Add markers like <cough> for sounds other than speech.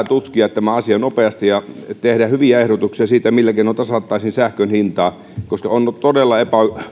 <unintelligible> tutkia tämä asia nopeasti ja tehdä hyviä ehdotuksia siitä millä keinoin tasattaisiin sähkön hintaa on todella